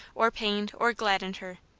or pained or gladdened her.